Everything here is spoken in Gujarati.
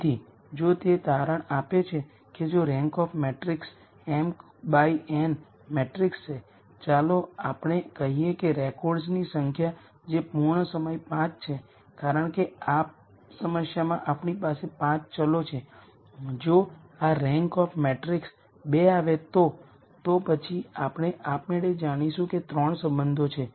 તેથી જો તે તારણ આપે છે કે જો rank of matrix mn matrix છે ચાલો આપણે કહીએ કે રેકોર્ડ્સની સંખ્યા જે પૂર્ણ સમય 5 છે કારણ કે આ સમસ્યામાં આપણી પાસે 5 વેરીએબલ્સ છે જો આ રેન્ક ઓફ મેટ્રિક્સ 2 આવે તો તો પછી આપણે આપમેળે જાણીશું કે 3 સંબંધો છે